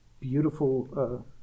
beautiful